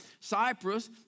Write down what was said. cyprus